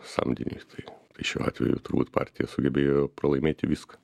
samdiniui tai tai šiuo atveju turbūt partija sugebėjo pralaimėti viską